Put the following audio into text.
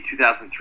2003